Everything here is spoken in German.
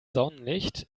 sonnenlicht